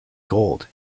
gold